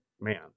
man